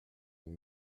and